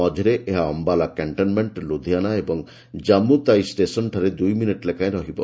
ମଝିରେ ଏହା ଅମ୍ବାଲା କ୍ୟାଣ୍ଟନ୍ମେଣ୍ଟ ଲୁଧିଆନା ଓ ଜାମ୍ମୁ ତାୱି ଷ୍ଟେସନ୍ଠାରେ ଦୁଇ ମିନିଟ୍ ଲେଖାଏଁ ରହିବ